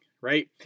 right